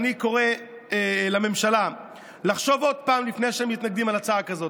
ואני קורא לממשלה לחשוב עוד פעם לפני שהם מתנגדים להצעה כזאת.